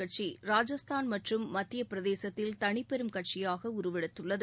கட்சி ராஜஸ்தான் மற்றும் மத்தியப்பிரதேசத்தில் தனிப்பெரும் கட்சியாக உருவெடுத்துள்ளது